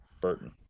Burton